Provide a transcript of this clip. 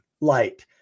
light